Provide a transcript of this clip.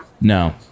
No